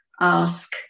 ask